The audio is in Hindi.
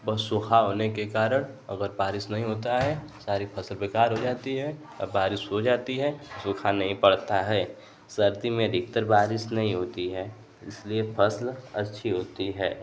बस सूखा होने के कारण अगर बारिश नहीं होता है सारी फसल बेकार हो जाती है बारिश हो जाती है सूखा नही पड़ता है सर्दी में अधिकतर बारिश नहीं होती है इसलिए फसल अच्छी होती है